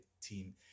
team